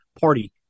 party